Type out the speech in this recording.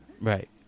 right